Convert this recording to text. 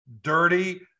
dirty